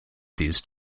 these